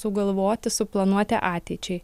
sugalvoti suplanuoti ateičiai